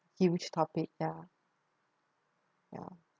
huge topic ya ya